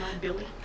Billy